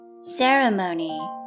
Ceremony